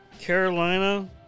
Carolina